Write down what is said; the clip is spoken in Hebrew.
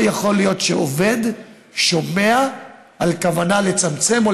לא יכול להיות שעובד שומע על כוונה לצמצם או